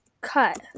cut